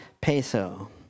peso